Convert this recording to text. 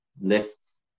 lists